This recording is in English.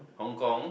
Hong Kong